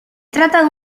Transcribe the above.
trata